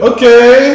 Okay